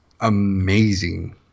amazing